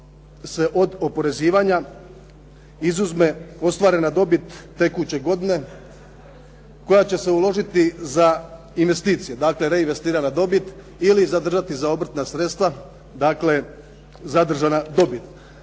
od oporezivanja izuzme ostvarena dobit tekuće godine koja će se uložiti za investicije, dakle, reinvestirana dobit, ili zadržati za obrtna sredstva, dakle, zadržana dobit.